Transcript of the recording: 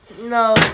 no